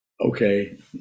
Okay